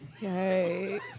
Yay